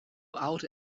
out